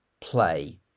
play